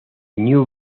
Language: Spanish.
new